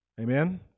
Amen